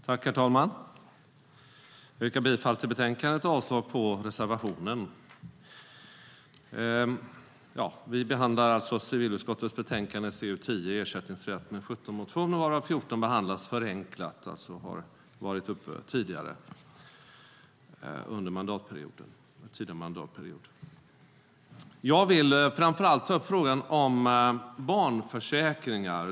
Herr talman! Jag yrkar bifall till utskottets förslag och avslag på reservationen. Vi behandlar nu civilutskottets betänkande CU10 Ersättningsrätt med 17 motioner, varav 14 behandlas förenklat. De har alltså varit uppe tidigare under mandatperioden. Jag vill framför allt ta upp frågan om barnförsäkringar.